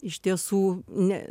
iš tiesų ne